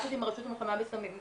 ביחד עם הרשות למלחמה בסמים,